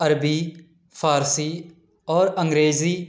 عربی فارسی اور انگریزی